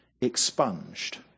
Expunged